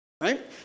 Right